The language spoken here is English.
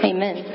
Amen